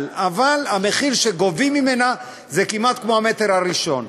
אבל המחיר שגובים עליה הוא כמעט כמו המ"ר הראשון.